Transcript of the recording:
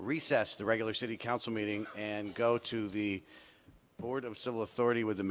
recess the regular city council meeting and go to the board of civil authority with the